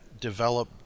develop